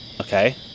Okay